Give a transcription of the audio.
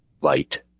light